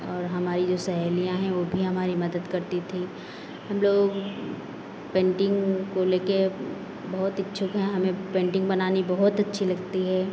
और हमारी जो सहेलियाँ है वो भी हमारी मदद करती थी हम लोग पेंटिंग को ले के बहुत इच्छुक हैं हमें पेंटिंग बनानी बहुत अच्छी लगती है